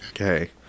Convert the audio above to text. Okay